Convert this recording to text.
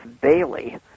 Bailey